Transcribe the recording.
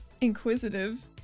inquisitive